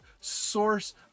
source